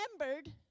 remembered